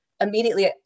immediately